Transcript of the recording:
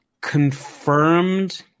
confirmed